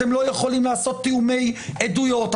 אתם לא יכולים לעשות תיאומי עדויות,